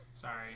Sorry